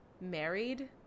married